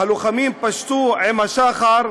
"הלוחמים פשטו עם שחר".